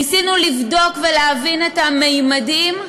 ניסינו לבדוק ולהבין את הממדים,